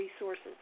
resources